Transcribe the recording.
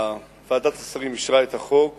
ועדת השרים אישרה את הצעת